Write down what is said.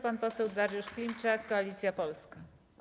Pan poseł Dariusz Klimczak, Koalicja Polska.